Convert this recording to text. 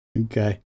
okay